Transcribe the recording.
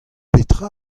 petra